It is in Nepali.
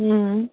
उम्